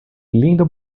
linda